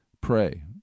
Pray